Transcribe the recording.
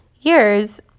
years